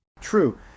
True